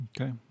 Okay